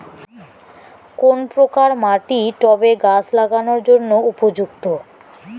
কোন প্রকার মাটি টবে গাছ লাগানোর জন্য উপযুক্ত?